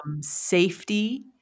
safety